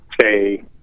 say